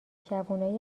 جوونای